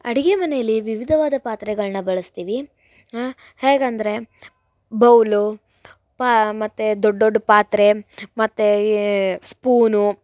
ಅಡುಗೆ ಮನೆಯಲ್ಲಿ ವಿವಿಧವಾದ ಪಾತ್ರೆಗಳನ್ನ ಬಳಸ್ತೀವಿ ಹಾ ಹೇಗಂದ್ರೆ ಬೌಲು ಪಾ ಮತ್ತು ದೊಡ್ಡ ದೊಡ್ಡ ಪಾತ್ರೆ ಮತ್ತು ಸ್ಪೂನು